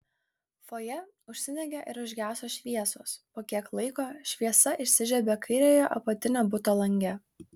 fojė užsidegė ir užgeso šviesos po kiek laiko šviesa įsižiebė kairiojo apatinio buto lange